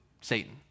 Satan